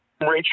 Rachel